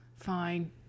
fine